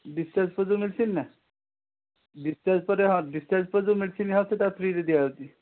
discharge ପରେ ଯେଉଁ medicine ନା ଡିସ୍ଚାର୍ଜ୍ ପରେ ହଁ ଡିସ୍ଚାର୍ଜ୍ ପରେ ଯେଉଁ ମେଡ଼ିସିନ୍ ନିଆ ହେଉଛି ତା ଫ୍ରୀରେ ଦିଆ ହେଉଛି